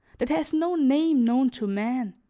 that has no name known to man.